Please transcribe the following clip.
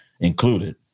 included